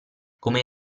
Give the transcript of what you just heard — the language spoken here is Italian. come